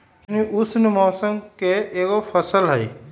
सुथनी उष्ण मौसम के एगो फसल हई